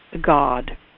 God